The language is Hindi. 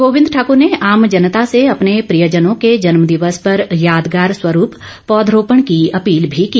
गोविंद ठाकर ने आम जनता से अपने प्रियजनों के जन्म दिवस पर यादगार स्वरूप पौध रोपण की अपील भी की